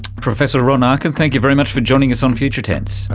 professor ron arkin, thank you very much for joining us on future tense.